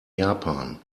japan